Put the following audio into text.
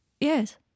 Yes